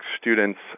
students